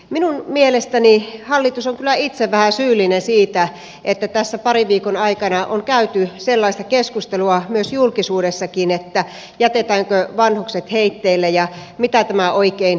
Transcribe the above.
minun mielestäni hallitus on kyllä itse vähän syyllinen siihen että tässä parin viikon aikana on käyty sellaista keskustelua julkisuudessakin että jätetäänkö vanhukset heitteille ja mitä tämä oikein tarkoittaa